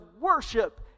worship